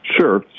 Sure